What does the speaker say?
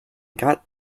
got